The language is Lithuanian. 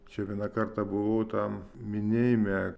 čia vieną kartą buvau tam minėjime